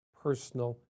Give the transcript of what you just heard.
personal